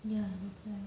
ya make sense